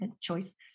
choice